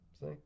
See